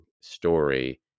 story